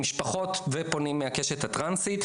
למשפחות ופונים מהקשת הטרנסית.